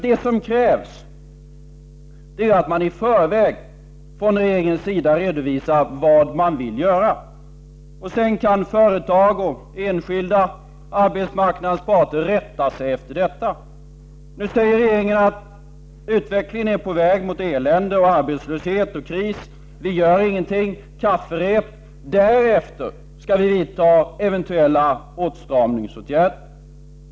Det som krävs är ju att man från regeringens sida i förväg redovisar vad man vill göra. Sedan kan företag, enskilda och arbetsmarknadens parter rätta sig efter detta. Nu säger regeringen att utvecklingen är sådan att vi är på väg mot elände, arbetslöshet och kris. Vi gör ingenting — kafferep. Därefter skall vi vidta eventuella åtstramningsåtgärder.